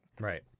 Right